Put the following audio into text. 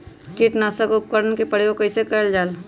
किटनाशक उपकरन का प्रयोग कइसे कियल जाल?